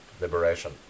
liberation